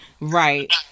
Right